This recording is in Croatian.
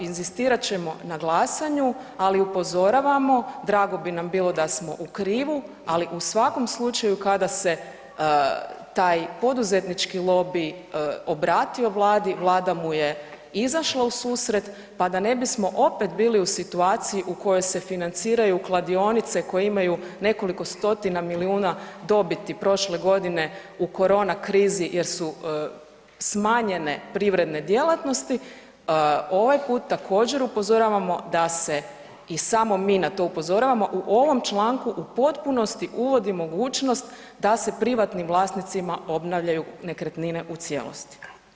Inzistirat ćemo na glasanju, ali upozoravamo, drago bi nam bilo da smo u krivu, ali u svakom slučaju, kada se taj poduzetnički lobi obratio Vladi, Vlada mu je izašla u susret, pa da ne bismo opet bili u situaciji u kojoj se financiraju kladionice koje imaju nekoliko stotina milijuna dobiti prošle godine u korona krizi jer su smanjene privredne djelatnosti, ovaj puta također, upozoravamo da se, i samo mi na to upozoravamo, u ovom članku u potpunosti uvodi mogućnost da se privatnim vlasnicima obavljaju nekretnine u cijelosti.